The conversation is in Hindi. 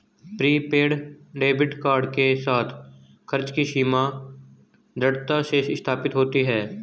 प्रीपेड डेबिट कार्ड के साथ, खर्च की सीमा दृढ़ता से स्थापित होती है